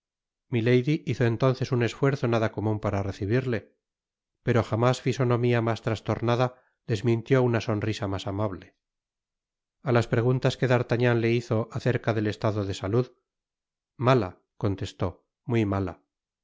milady hizo entonces un esfuerzo nada comun para recibirle pero jamás fisonomia mas trastornada desmintió una sonrisa mas amable a las preguntas que d'artagnan le hizo acerca del estado de salud mala contestó muy mala